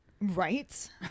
Right